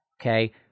Okay